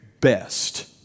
best